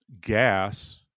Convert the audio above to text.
Gas